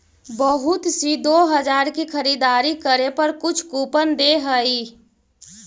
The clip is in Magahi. बहुत सी दो हजार की खरीदारी करे पर कुछ कूपन दे हई